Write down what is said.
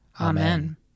Amen